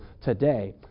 today